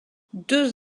deux